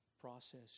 process